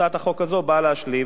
הצעת החוק הזו באה להשלים,